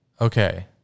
Okay